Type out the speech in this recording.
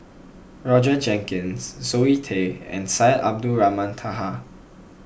Roger Jenkins Zoe Tay and Syed Abdulrahman Taha